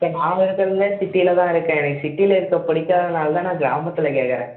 sir நான் இருக்கிறதே சிட்டியில் தான் இருக்கேன் எனக்கு சிட்டியில் இருக்க பிடிக்காதனால தான் நான் கிராமத்தில் கேட்கறேன்